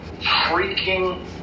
freaking